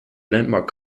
landmark